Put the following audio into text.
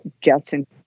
Justin